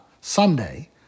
Sunday